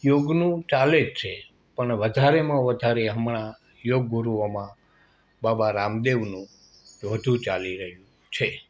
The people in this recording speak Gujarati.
યોગનું ચાલે જ છે પણ વધારેમાં વધારે હમણાં યોગ ગુરુઓમાં બાબા રામદેવનું વધુ ચાલી રહ્યું છે